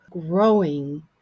growing